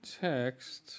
Text